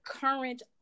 current